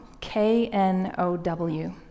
K-N-O-W